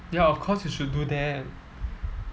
ya of course you should do that